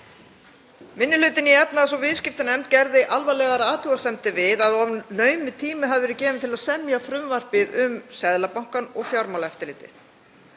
Minni hlutinn í efnahags- og viðskiptanefnd gerði alvarlegar athugasemdir við að of naumur tími hefði verið gefinn til að semja frumvarpið um Seðlabankann og Fjármálaeftirlitið